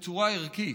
בצורה ערכית.